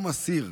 גם אסיר,